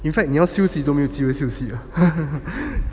in fact 你要休息都没有机会休